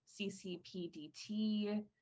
CCPDT